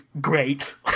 great